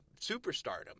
superstardom